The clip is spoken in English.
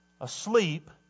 asleep